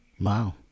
Wow